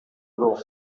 rome